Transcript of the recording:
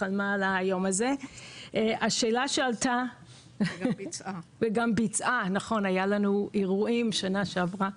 חלמה על היום הזה וגם ביצעה אירועים שהיו לנו בשנה שעברה.